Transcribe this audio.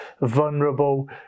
vulnerable